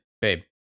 Babe